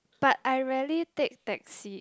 but I rarely take taxi